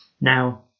Now